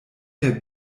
der